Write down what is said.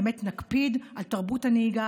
באמת נקפיד על תרבות הנהיגה,